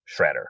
shredder